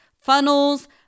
funnels